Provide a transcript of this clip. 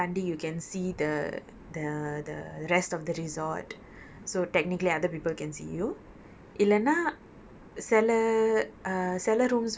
ஆனால் சிலது வந்து அந்த கடலையும் தாண்டி:aanal silathu vanthu antha kadalaiyum thaandi you can see the the the rest of the resort so technically other people can see you